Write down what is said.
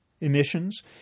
emissions